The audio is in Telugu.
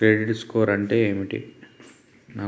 క్రెడిట్ స్కోర్ అంటే ఏమిటి?